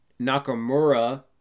Nakamura